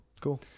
Cool